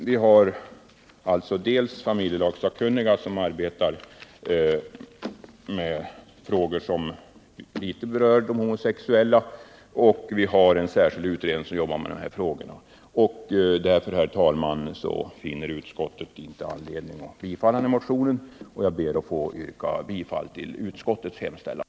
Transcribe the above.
Vi haralltså dels familjelagssakkunniga, som arbetar med frågor som något berör även de homosexuella, dels en särskild utredning, som handhar dessa frågor. Därför, herr talman, finner utskottet inte anledning att tillstyrka motionen. Jag ber att få yrka bifall till utskottets hemställan.